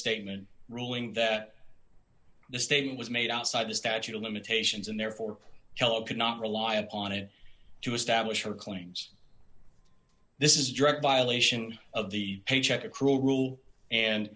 statement ruling that the statement was made outside the statute of limitations and therefore hell could not rely upon it to establish her claims this is a direct violation of the paycheck a cruel rule and